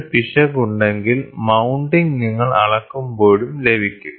ഒരു പിശക് ഉണ്ടെങ്കിൽ മൌണ്ടിംഗ് നിങ്ങൾ അളക്കുമ്പോഴും ലഭിക്കും